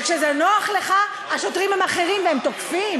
וכשזה נוח לך, השוטרים הם אחרים והם תוקפים?